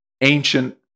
ancient